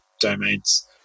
domains